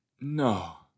No